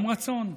גם רצון.